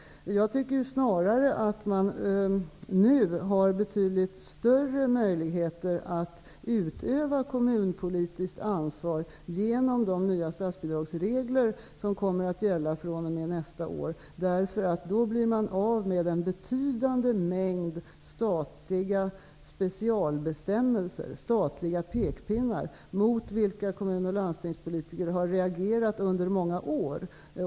Jag tycker snarare att man nu har betydligt större möjligheter att utöva kommunpolitiskt ansvar, genom de nya statsbidragsregler som kommer att gälla fr.o.m. nästa år. Då blir man nämligen av med en betydande mängd statliga specialbestämmelser, statliga pekpinnar, mot vilka kommun och landstingspolitiker har reagerat under många år.